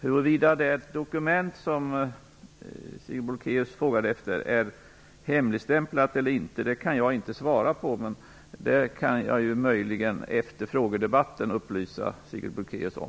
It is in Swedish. Huruvida det dokument som Sigrid Bolkéus frågade efter är hemligstämplat eller inte kan jag inte svara på. Det kan jag möjligen upplysa Sigrid Bolkéus om efter frågedebatten.